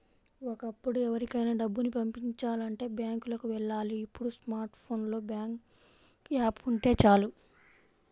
ఒకప్పుడు ఎవరికైనా డబ్బుని పంపిచాలంటే బ్యాంకులకి వెళ్ళాలి ఇప్పుడు స్మార్ట్ ఫోన్ లో బ్యాంకు యాప్ ఉంటే చాలు